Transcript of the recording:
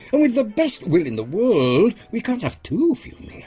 and with the best will in the world, we can't have two funeral yeah